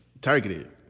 targeted